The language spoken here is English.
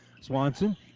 Swanson